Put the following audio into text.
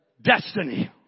destiny